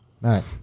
Right